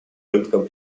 рынкам